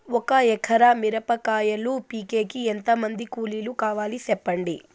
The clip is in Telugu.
ఒక ఎకరా మిరప కాయలు పీకేకి ఎంత మంది కూలీలు కావాలి? సెప్పండి?